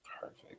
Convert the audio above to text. Perfect